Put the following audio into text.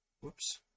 Whoops